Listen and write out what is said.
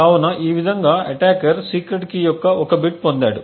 కాబట్టి ఈ విధంగా అటాకర్ సీక్రెట్ కీ యొక్క ఒక బిట్ పొందాడు